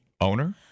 owner